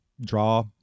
draw